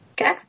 okay